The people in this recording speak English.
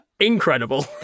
Incredible